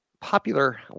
Popular